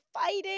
fighting